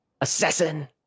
Assassin